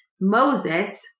Moses